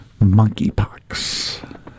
monkeypox